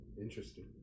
interesting